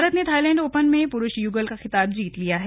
भारत ने Thailand Open में पुरुष युगल का खिताब जीत लिया है